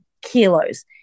kilos